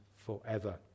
forever